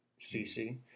CC